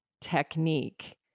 technique